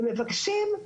והם מבקשים,